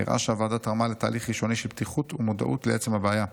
נראה שהוועדה תרמה לתהליך ראשוני של פתיחות ומודעות לעצם הבעיה.